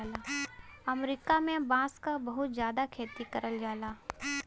अमरीका में बांस क बहुत जादा खेती करल जाला